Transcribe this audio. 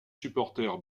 supporters